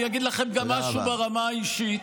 אני אגיד לכם גם משהו ברמה האישית.